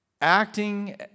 acting